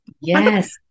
Yes